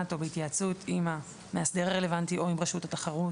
או בהתייעצות עם המאסדר הרלוונטי או עם רשות התחרות.